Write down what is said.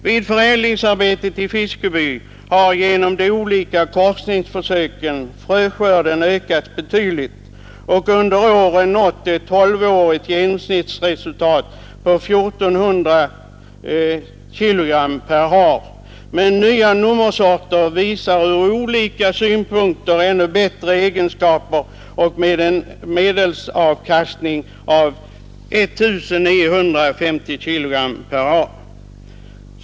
Vid förädlingsarbetet i Fiskeby har genom de olika korsningsförsöken fröskörden ökats betydligt och har under åren nått ett 12-årigt genomsnittsresultat av 1 400 kg per ha. Men nya nummersorter visar från olika synpunkter ännu bättre egenskaper med en medelavkastning 1970/71 på 1 950 kg per ha.